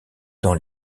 dans